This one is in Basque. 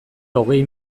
hogei